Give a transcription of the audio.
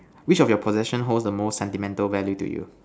which of your possession holds the most sentimental value to you